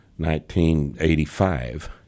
1985